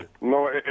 No